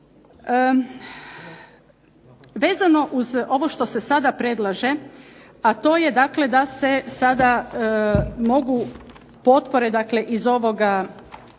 Vezano uz ovo što se sada predlaže, a to je dakle da se sada mogu potpore dakle iz ovoga